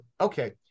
okay